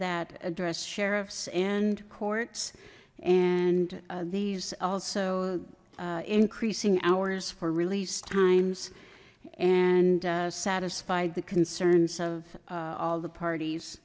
that address sheriffs and courts and these also increasing hours for release times and satisfied the concerns of all the parties